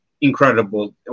incredible